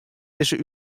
dizze